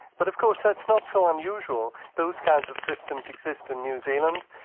but of course, that's not so unusual, those kinds of systems exist in new zealand,